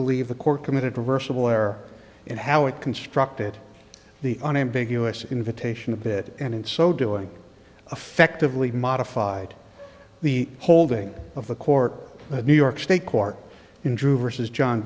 believe the court committed reversible error in how it constructed the unambiguous invitation of it and in so doing affectively modified the holding of the court of new york state court in drew versus john